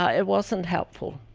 ah it wasn't helpful.